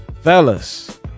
Fellas